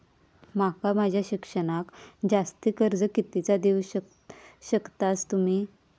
माका माझा शिक्षणाक जास्ती कर्ज कितीचा देऊ शकतास तुम्ही?